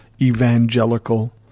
evangelical